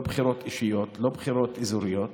לא בחירות אישיות, לא בחירות אזוריות,